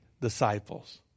disciples